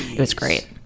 it's great.